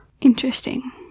Interesting